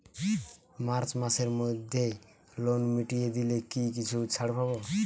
March মাসের মধ্যে loan মিটিয়ে দিলে কি কিছু ছাড় পাব?